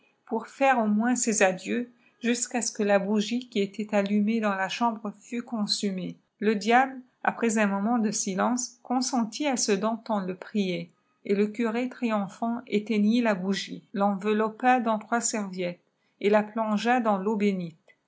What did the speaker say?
pour faire au moins ses adieux jusqu'à ce que la bougie qui était allumée dans la chambre fût consumée le diable après un moment de silence consentit à ce dont on le priait el le curé triomphant éteignit la bougie tenveloppa dans trois serviettes et la plongea dans teau bénite